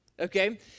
okay